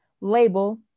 label